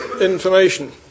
information